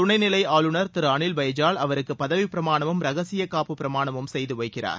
துணை நிலை ஆளுநர் திரு அளில் பைஜால் அவருக்கு பதவிப்பிரமாணமும் ரகசியகாப்பு பிராமணமும் செய்து வைக்கிறார்